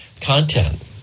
content